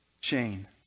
chain